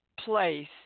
place